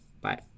Bye